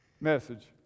message